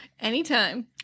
Anytime